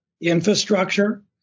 infrastructure